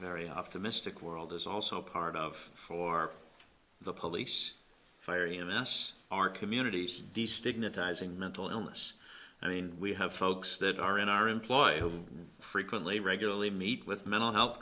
very optimistic world is also part of for the police for us our communities the stigmatizing mental illness i mean we have folks that are in our employ who frequently regularly meet with mental health